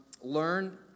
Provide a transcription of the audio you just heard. learn